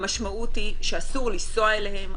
המשמעות היא שאסור לנסוע אליהן.